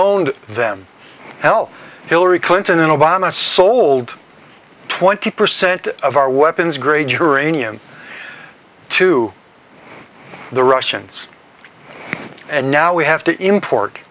owned them help hillary clinton and obama sold twenty percent of our weapons grade uranium to the russians and now we have to import